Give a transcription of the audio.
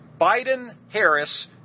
Biden-Harris